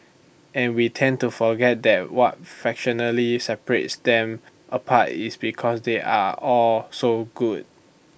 and we tend to forget that what fractionally separates them apart is because they are all so good